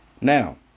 Now